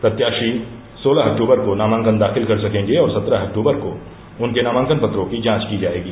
प्रत्याशी सोलह अक्टूबर को नामांकन दाखिल कर सकेंगे और सत्रह अक्टूबर को उनके नामांकन पत्रों की जांच की जायेगी